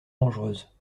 dangereuse